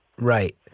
right